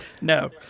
No